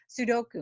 Sudoku